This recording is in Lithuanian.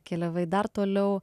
keliavai dar toliau